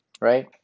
right